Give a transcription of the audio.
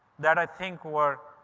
that i think were,